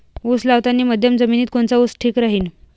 उस लावतानी मध्यम जमिनीत कोनचा ऊस ठीक राहीन?